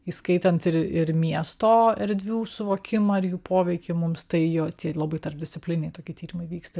įskaitant ir ir miesto erdvių suvokimą ir jų poveikį mums tai jo tie labai tarpdisciplininiai tokie tyrimai vyksta